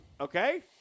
okay